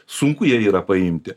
sunku ją yra paimti